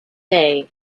day